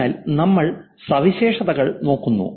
അതിനാൽ നമ്മൾ സവിശേഷതകൾ നോക്കുന്നു